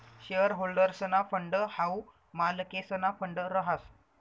share होल्डर्सना fund हाऊ मालकेसना फंड रहास